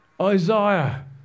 Isaiah